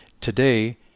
Today